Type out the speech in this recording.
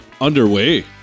underway